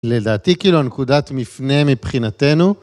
לדעתי כאילו נקודת מפנה מבחינתנו.